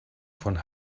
von